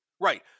Right